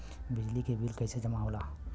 बिजली के बिल कैसे जमा होला?